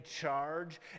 charge